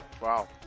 Wow